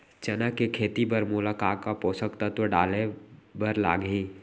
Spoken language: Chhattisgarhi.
चना के खेती बर मोला का का पोसक तत्व डाले बर लागही?